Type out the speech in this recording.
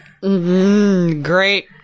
Great